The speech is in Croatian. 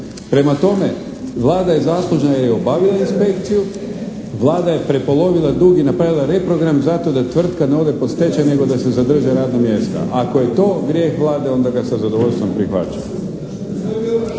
Prema tome, Vlada je zaslužna jer je obavila inspekciju, Vlada je prepolovila dug i napravila reprogram zato da tvrtka ne ode pod stečaj nego da se zadrže radna mjesta. Ako je to grijeh Vlade, onda ga sa zadovoljstvom prihvaćam.